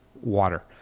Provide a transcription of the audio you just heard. water